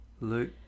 Luke